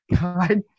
God